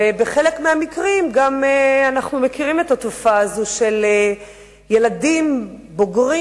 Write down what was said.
ובחלק מהמקרים אנחנו מכירים את התופעה הזאת של ילדים בוגרים